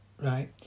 Right